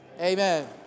amen